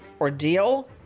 ordeal